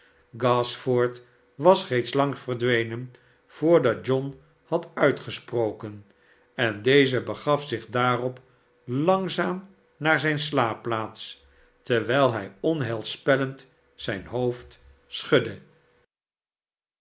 gashford was reeds lang verdwenen voordat john had uitgesproken en deze begaf zich daarop langzaam naar zijne slaapplaats terwijl hij onheilspellend zijn hoofd schudde